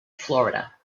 florida